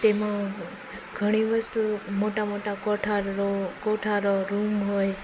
તેમાં ઘણી વસ્તુઓ મોટાં મોટાં કોઠારો રૂમ હોય